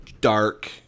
dark